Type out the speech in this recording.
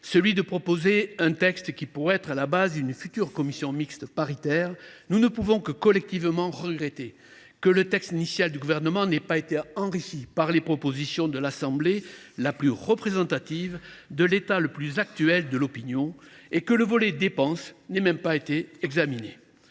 celui de proposer un texte qui pourrait être la base des discussions lors d’une future commission mixte paritaire, nous ne pouvons que collectivement regretter que le texte initial du Gouvernement n’ait pas été complété par les propositions de l’assemblée la plus représentative de l’état le plus actuel de l’opinion, et que le volet dépenses n’ait même pas été examiné.